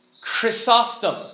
Chrysostom